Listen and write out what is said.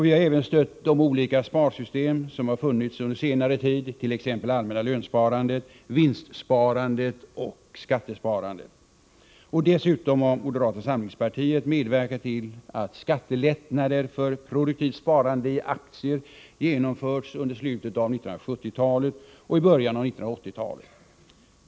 Vi har även stött de olika sparsystem som funnits under senare tid, t.ex. det allmänna lönsparandet, vinstsparandet och skattesparandet. Dessutom har moderata samlingspartiet medverkat till att skattelättnader för produktivt sparande i aktier genomfördes under slutet av 1970-talet och början av 1980-talet.